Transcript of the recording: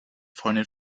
freundin